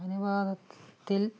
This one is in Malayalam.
അനുപാതത്തിൽ